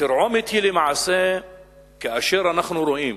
התרעומת היא כאשר אנחנו רואים,